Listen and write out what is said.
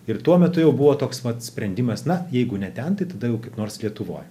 ir tuo metu jau buvo toks vat sprendimas na jeigu ne ten tai tada jau kaip nors lietuvoj